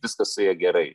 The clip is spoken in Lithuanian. viskas su ja gerai